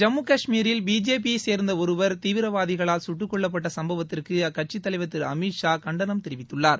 ஜம்மு கஷ்மீரில் பிஜேபியைச்சேர்ந்த ஒருவர் தீவிரவாதிகளால் சுட்டுக்கொல்லப்பட்ட சம்பவத்திற்கு அக்கட்சித்தலைவர் திரு அமீத் ஷா கண்டனம் தெரிவித்துள்ளார்